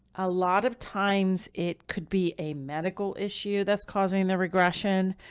a lot of times it could be a medical issue that's causing the regression.